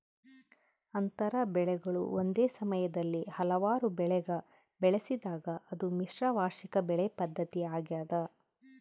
ಅಂತರ ಬೆಳೆಗಳು ಒಂದೇ ಸಮಯದಲ್ಲಿ ಹಲವಾರು ಬೆಳೆಗ ಬೆಳೆಸಿದಾಗ ಅದು ಮಿಶ್ರ ವಾರ್ಷಿಕ ಬೆಳೆ ಪದ್ಧತಿ ಆಗ್ಯದ